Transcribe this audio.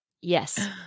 Yes